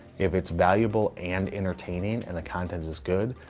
if it's valuable and entertaining and the content is good,